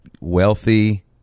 wealthy